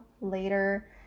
later